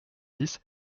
dix